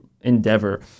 endeavor